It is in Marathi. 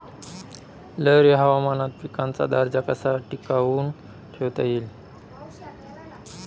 लहरी हवामानात पिकाचा दर्जा कसा टिकवून ठेवता येईल?